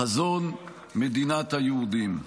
חזון מדינת היהודים.